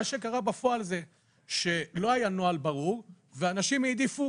מה שקרה בפועל זה שלא היה נוהל ברור ואנשים העדיפו